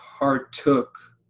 partook